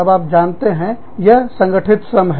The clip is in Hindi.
जब आप जानते हैं यह संगठित श्रम है